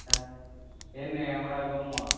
हँ एने हमरा गौआँ